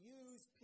use